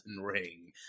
Ring